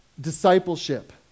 Discipleship